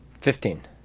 Fifteen